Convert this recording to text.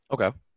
okay